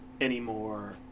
anymore